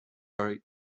are